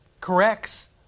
corrects